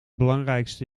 belangrijkste